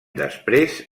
després